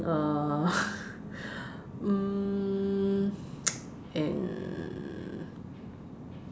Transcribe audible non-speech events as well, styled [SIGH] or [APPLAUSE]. uh mm [NOISE] and